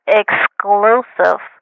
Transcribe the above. exclusive